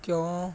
ਕਿਉਂ